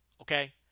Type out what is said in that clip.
okay